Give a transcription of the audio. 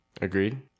Agreed